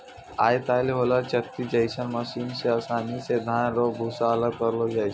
आय काइल होलर चक्की जैसन मशीन से आसानी से धान रो भूसा अलग करलो जाय छै